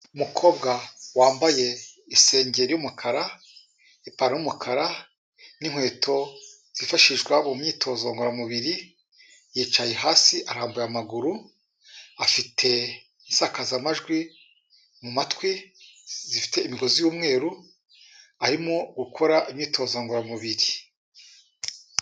Umukobwa wambaye isengeri y'umukara, ipantaro y'umukara n'inkweto zifashishwa mu myitozo ngororamubiri, yicaye hasi arambuye amaguru, afite insakazamajwi mu matwi zifite imigozi y'umweru, arimo gukora imyitozo ngororamubiri.